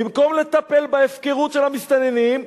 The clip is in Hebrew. במקום לטפל בהפקרות של המסתננים,